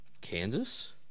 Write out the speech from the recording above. kansas